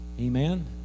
Amen